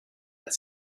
that